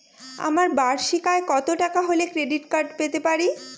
আমার বার্ষিক আয় কত টাকা হলে ক্রেডিট কার্ড পেতে পারি?